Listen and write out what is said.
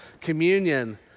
communion